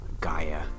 Gaia